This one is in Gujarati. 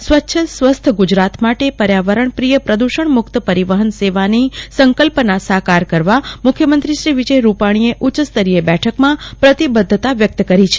સ્વચ્છ સ્વસ્થ ગુજરાત માટે પર્યાવરણ પ્રિય પ્રદ્વષણ મુક્ત પરિવહન સેવાની સંકલ્પના સાકાર કરવા મુખ્યમંત્રી શ્રી વિજય રૂપાણીએ ઉચ્ચસ્તરીય બેઠકમાં પ્રતિબધ્ધતા વ્યક્ત કરી છે